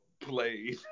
played